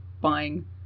buying